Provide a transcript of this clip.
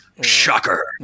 Shocker